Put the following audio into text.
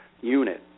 unit